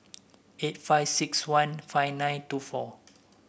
eight five six one five nine two four